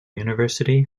university